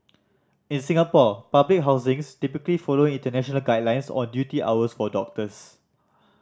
in Singapore public hospitals typically follow international guidelines on duty hours for doctors